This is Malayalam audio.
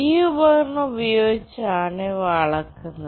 ഈ ഉപകരണം ഉപയോഗിച്ചാണ് ഇവ അളക്കുന്നത്